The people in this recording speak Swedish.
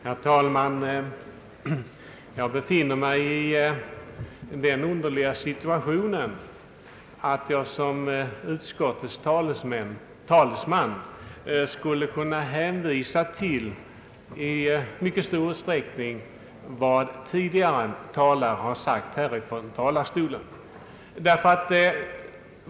Herr talman! Jag befinner mig i den underliga situationen att jag som utskottets talesman i mycket stor utsträckning skulle kunna hänvisa till vad tidigare talare har sagt här från talarstolen.